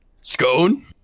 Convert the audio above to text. Scone